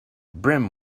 brim